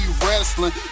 wrestling